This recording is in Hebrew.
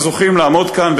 שזוכים לעמוד כאן,